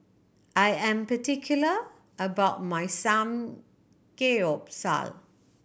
I am particular about my Samgeyopsal